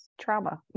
trauma